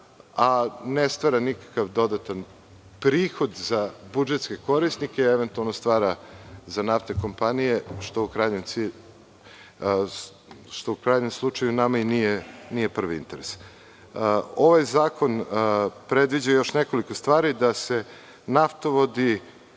a ne stvara nikakav dodatan prihod za budžetske korisnike, eventualno stvara za naftne kompanije, što u krajnjem slučaju nama nije prvi interes. Ovaj zakon predviđa još nekoliko stvari, da se naftovodi